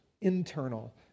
internal